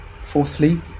Fourthly